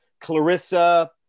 Clarissa